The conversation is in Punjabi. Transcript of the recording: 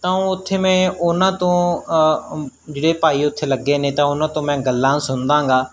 ਤਾਂ ਉਹ ਉੱਥੇ ਮੈਂ ਉਹਨਾਂ ਤੋਂ ਜਿਹੜੇ ਭਾਈ ਉੱਥੇ ਲੱਗੇ ਨੇ ਤਾਂ ਉਹਨਾਂ ਤੋਂ ਮੈਂ ਗੱਲਾਂ ਸੁਣਦਾ ਗਾ